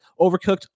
Overcooked